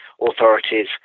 authorities